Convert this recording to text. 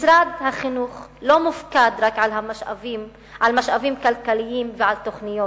משרד החינוך לא מופקד רק על משאבים כלכליים ועל תוכניות.